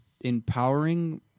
empowering